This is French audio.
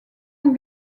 ont